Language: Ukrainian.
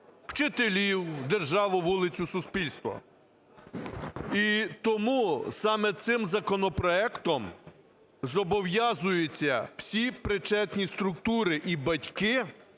вчителів, державу, вулицю, суспільство. І тому саме цим законопроектом зобов'язуються всі причетні структури і батьки